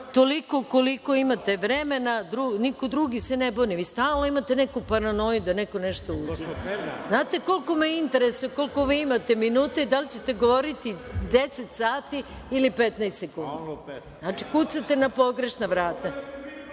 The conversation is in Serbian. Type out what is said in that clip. toliko koliko imate vremena, niko drugi se ne buni. Stalno imate neku paranoju da neko nešto uzima. Znate koliko me interesuje koliko imate minuta i da li ćete govoriti deset sati ili 15 sekundi. Znači, kucate na pogrešna vrata.